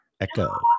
Echo